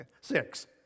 six